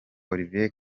olivier